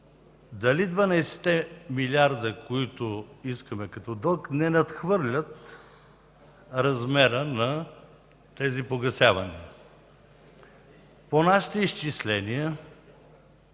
дали 12-те милиарда, които искаме като дълг, не надхвърлят размера на тези погасявания. По изчисленията